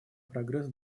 прогресс